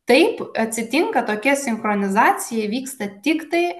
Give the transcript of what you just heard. taip atsitinka tokia sinchronizacija vyksta tiktai